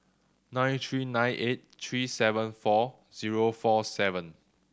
nine three nine eight three seven four zero four seven